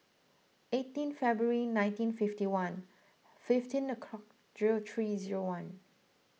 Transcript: eighteen February nineteen fifty one fifteen o'clock zero three zero one